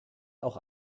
auch